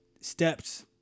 steps